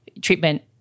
treatment